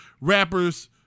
rappers